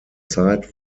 zeit